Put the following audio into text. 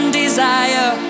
desire